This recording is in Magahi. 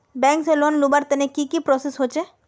बैंक से लोन लुबार तने की की प्रोसेस होचे?